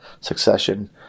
Succession